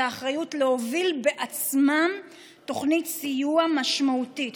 האחריות להוביל בעצמם תוכנית סיוע משמעותית,